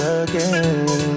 again